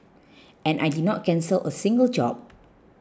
and I did not cancel a single job